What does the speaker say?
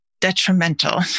detrimental